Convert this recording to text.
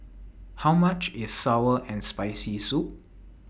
How much IS Sour and Spicy Soup